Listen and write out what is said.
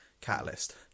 Catalyst